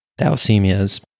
Thalassemias